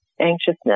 anxiousness